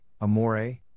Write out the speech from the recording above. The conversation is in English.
Amore